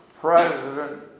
president